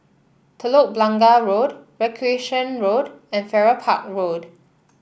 Telok Blangah Road Recreation Road and Farrer Park Road